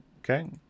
okay